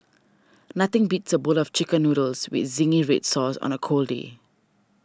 nothing beats a bowl of Chicken Noodles with Zingy Red Sauce on a cold day